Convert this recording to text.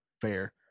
fair